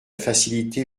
faciliter